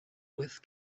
with